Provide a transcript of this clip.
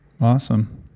Awesome